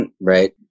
Right